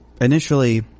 Initially